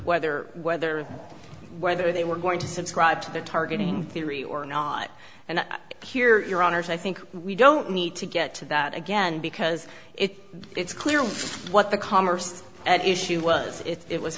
whether whether whether they were going to subscribe to the targeting theory or not and i hear your honour's i think we don't need to get to that again because it it's clear what the commerce issue was it